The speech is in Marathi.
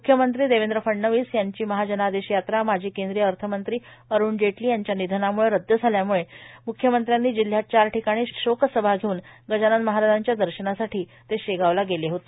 म्ख्यमंत्री देवेंद्र फडणवीस यांची महाजनादेश यात्रा माजी केंद्रीय अर्थमंत्री अरुण जेटली यांच्या निधनामुळे रदद झाल्यामुळे म्ख्यमंत्र्यांनी जिल्ह्यात चार ठिकाणी शोकसभा धेवून गजानन महाराजांच्या दर्शनासाठी ते शेगावला गेले होते